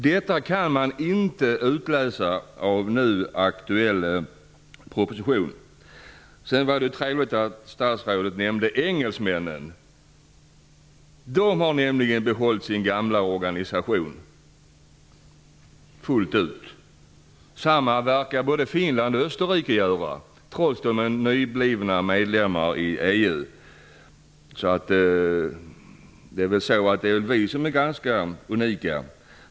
Detta kan man inte utläsa av den nu aktuella propositionen. Det var trevligt att statsrådet nämnde engelsmännen. De har nämligen behållit sin gamla organisation fullt ut. Det samma verkar både Finland och Österrike göra, trots att de är nyblivna medlemmar i EU. Det är nog vi som är ganska unika.